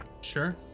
Sure